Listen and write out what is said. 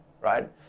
right